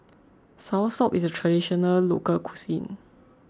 Soursop is a Traditional Local Cuisine